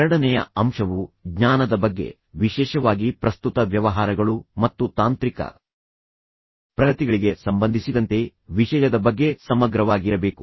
ಎರಡನೆಯ ಅಂಶವು ಜ್ಞಾನದ ಬಗ್ಗೆ ವಿಶೇಷವಾಗಿ ಪ್ರಸ್ತುತ ವ್ಯವಹಾರಗಳು ಮತ್ತು ತಾಂತ್ರಿಕ ಪ್ರಗತಿಗಳಿಗೆ ಸಂಬಂಧಿಸಿದಂತೆ ವಿಷಯದ ಬಗ್ಗೆ ಸಮಗ್ರವಾಗಿರಬೇಕು